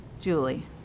Julie